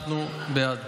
אנחנו בעד.